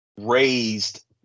raised